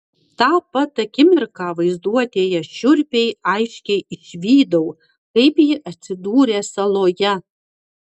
tą pat akimirką vaizduotėje šiurpiai aiškiai išvydau kaip ji atsidūrė saloje